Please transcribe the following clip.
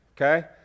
Okay